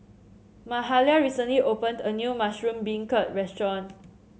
Mahalia recently opened a new Mushroom Beancurd restaurant